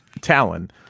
talon